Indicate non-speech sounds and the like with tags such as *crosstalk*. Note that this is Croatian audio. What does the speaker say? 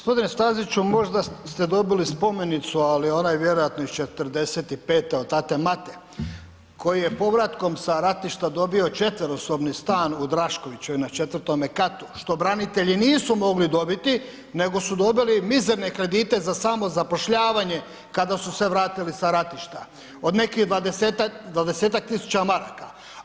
Gospodine Staziću možda ste dobili spomenicu ali ona je vjerojatno iz '45. od ... *unintelligible* koji je povratkom sa ratišta dobio 4.-sobni stan u Draškovićevoj na 4. katu što branitelji nisu mogli dobiti nego su dobili mizerne kredite za samozapošljavanje kada su se vratili sa ratišta od nekih 20-ak tisuća maraka.